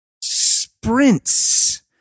sprints